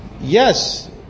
Yes